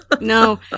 No